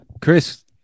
Chris